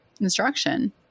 instruction